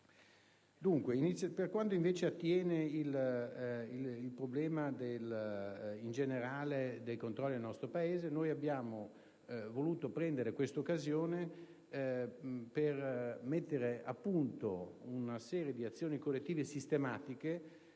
Per quanto attiene il problema in generale dei controlli nel nostro Paese, abbiamo voluto cogliere questa occasione per mettere a punto una serie di azioni correttive sistematiche